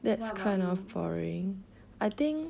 what about you